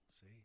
see